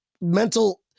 mental